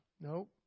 Nope